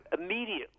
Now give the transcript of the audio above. Immediately